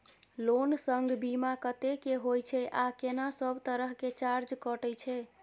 Loan संग बीमा कत्ते के होय छै आ केना सब तरह के चार्ज कटै छै?